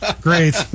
Great